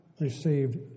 received